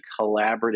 collaborative